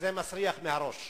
וזה מסריח מהראש.